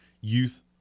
youth